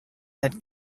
that